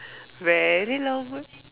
very long way